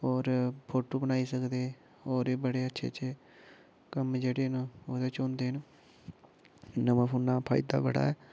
होर फोटु बनाई सकदे होर बी बडे़ अच्छे अच्छे कम्म जेह्डे़ न ओह्दे च होंदे न नमां फोना फायदा बड़ा ऐ